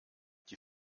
die